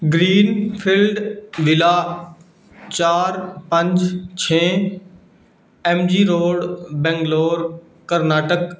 Greenfield villa ਚਾਰ ਪੰਜ ਛੇ M G road Bangalore Karnataka